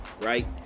Right